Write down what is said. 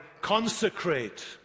consecrate